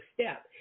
step